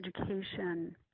education